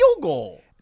goal